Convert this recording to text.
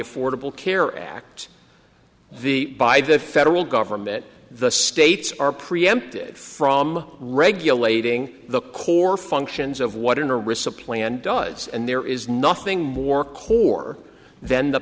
affordable care act the by the federal government the states are preempted from regulating the core functions of what in a recipient and duds and there is nothing more core then the